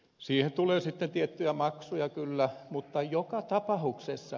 siihen tulee sitten tiettyjä maksuja kyllä mutta joka tapauksessa